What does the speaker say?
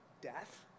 death